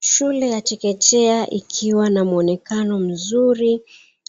Shule ya chekechea ikiwa na muonekano mzuri,